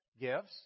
gifts